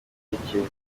ndatekereza